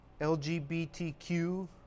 LGBTQ